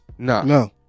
No